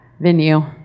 venue